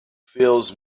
fills